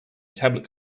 tablet